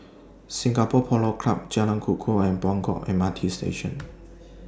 Singapore Polo Club Jalan Kukoh and Buangkok M R T Station